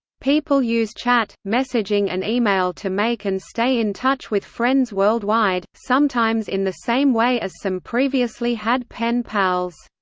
people use chat, messaging and email to make and stay in touch with friends worldwide, sometimes in the same way as some previously had pen pals.